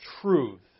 truth